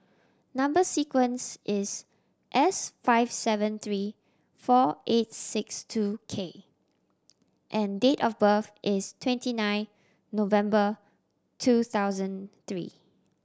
number sequence is S five seven three four eight six two K and date of birth is twenty nine November two thousand three